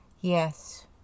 yes